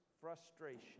frustration